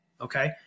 okay